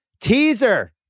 Teaser